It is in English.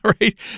Right